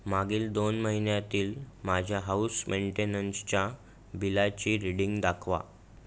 मागील दोन महिन्यातील माझ्या हाउस मेंटेनन्सच्या बिलाची रीडिंग दाखवा